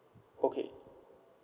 okay